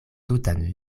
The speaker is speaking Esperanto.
tutan